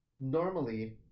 normally